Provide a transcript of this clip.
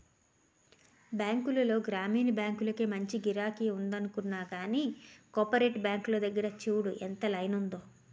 బాంకుల్లో గ్రామీణ బాంకులకే మంచి గిరాకి ఉందనుకున్నా గానీ, కోపరేటివ్ బాంకుల దగ్గర చూడు ఎంత లైనుందో?